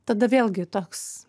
tada vėlgi toks